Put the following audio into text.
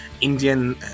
Indian